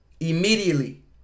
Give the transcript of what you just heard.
immediately